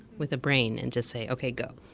with a brain and just say, okay. go.